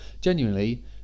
genuinely